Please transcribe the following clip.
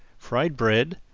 fried bread,